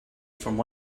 from